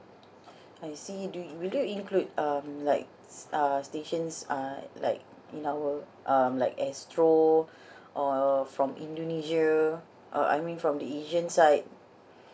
I see do will you include um like err stations err like in our um like astro or from indonesia uh I mean from the asian side